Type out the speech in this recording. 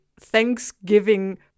Thanksgiving